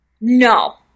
No